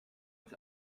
uns